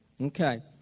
Okay